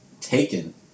taken